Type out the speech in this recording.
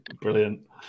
Brilliant